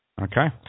okay